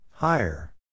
Higher